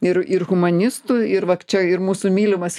ir ir humanistų ir va čia ir mūsų mylimas